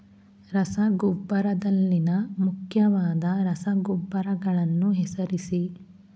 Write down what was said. ರಸಗೊಬ್ಬರದಲ್ಲಿನ ಮುಖ್ಯವಾದ ರಸಗೊಬ್ಬರಗಳನ್ನು ಹೆಸರಿಸಿ?